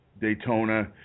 Daytona